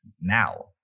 now